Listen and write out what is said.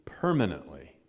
permanently